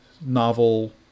novel